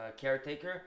caretaker